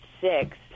six